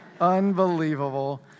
Unbelievable